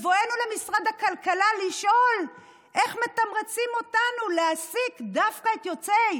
ובבואנו למשרד הכלכלה לשאול איך מתמרצים אותנו להעסיק דווקא את יוצאי